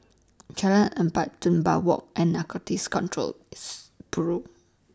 Jalan Empat Dunbar Walk and Narcotics Control Bureau